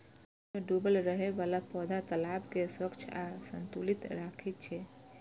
पानि मे डूबल रहै बला पौधा तालाब कें स्वच्छ आ संतुलित राखै छै